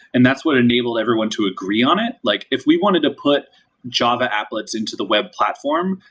and that's what enabled everyone to agree on it. like if we wanted to put java applets into the web platform,